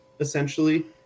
essentially